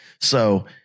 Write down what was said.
So-